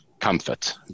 comfort